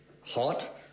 hot